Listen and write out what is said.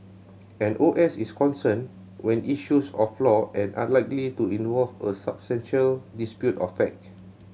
an O S is concerned with issues of law and unlikely to involve substantial dispute of fact